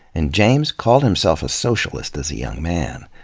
and james called himself a socialist as a young man.